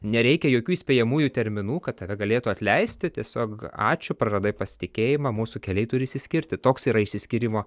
nereikia jokių įspėjamųjų terminų kad tave galėtų atleisti tiesiog ačiū praradai pasitikėjimą mūsų keliai turi išsiskirti toks yra išsiskyrimo